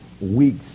weeks